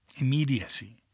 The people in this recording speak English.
immediacy